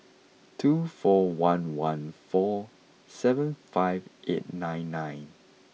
two four one one four seven five eight nine nine